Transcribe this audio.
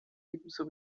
ebenso